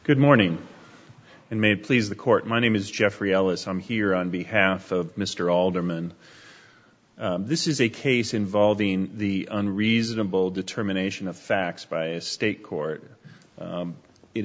good morning and may please the court my name is jeffrey ellis i'm here on behalf of mr alderman this is a case involving the unreasonable determination of facts by a state court